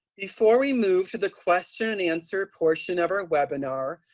before we move to the question and answer portion of our webinar,